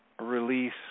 release